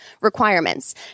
requirements